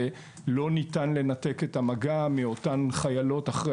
לא ניתן לנתק את המגע מאותן חיילות אחרי